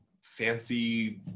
fancy